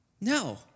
No